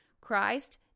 Christ